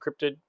encrypted